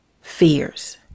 fears